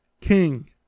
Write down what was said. King